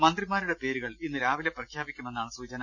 മന്ത്രിമാരുടെ പേരുകൾ ഇന്ന് രാവിലെ പ്രഖ്യാപിക്കുമെന്നാണ് സൂചന